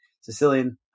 sicilian